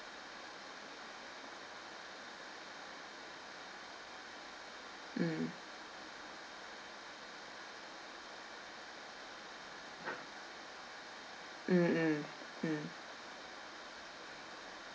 mm mm mm mm